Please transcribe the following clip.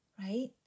Right